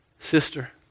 Sister